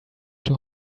too